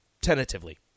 tentatively